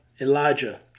Elijah